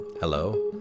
Hello